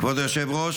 כבוד היושב-ראש,